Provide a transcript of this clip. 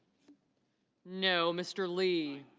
no. mr. lee